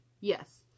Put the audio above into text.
Yes